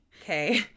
Okay